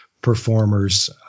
performers